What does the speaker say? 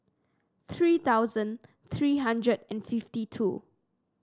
three thousand three hundred and fifty two